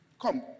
Come